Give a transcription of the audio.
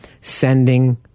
sending